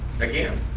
Again